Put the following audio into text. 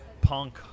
punk